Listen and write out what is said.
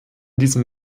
diesem